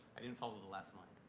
didn't follow the last line.